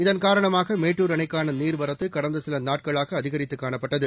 இதன் காரணமாக மேட்டூர் அணைக்கான நீர்வரத்து கடந்த சில நாட்களாக அதிகரித்து காணப்பட்டது